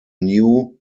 new